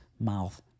mouth